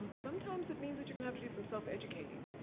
sometimes it means that you're gonna have to do some self-educating.